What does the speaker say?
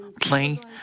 playing